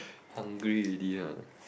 hungry already ah